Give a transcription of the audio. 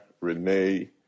renee